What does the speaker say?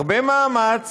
הרבה מאמץ